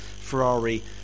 Ferrari